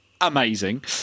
amazing